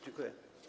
Dziękuję.